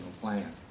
plan